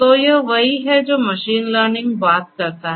तो यह वही है जो मशीन लर्निंग बात करता है